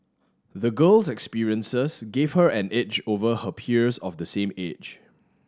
the girl's experiences gave her an edge over her peers of the same age